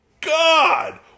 God